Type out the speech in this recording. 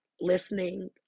listening